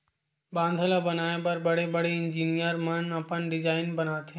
बांधा ल बनाए बर बड़े बड़े इजीनियर मन अपन डिजईन बनाथे